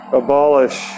abolish